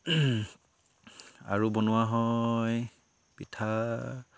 আৰু বনোৱা হয় পিঠা